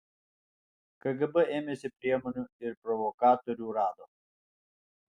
kgb ėmėsi priemonių ir provokatorių rado